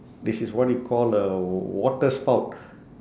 this is what you call a water spout